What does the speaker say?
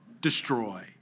destroy